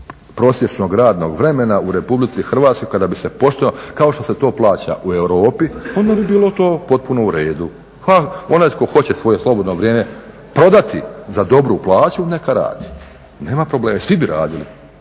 prosječnog radnog vremena u Republici Hrvatskoj, kada bi se pošteno, kao što se to plaća u Europi, onda bi bilo to potpuno u redu. Onaj tko hoće svoje slobodno vrijeme prodati za dobru plaću, neka radi. Nema problema. Svi bi radili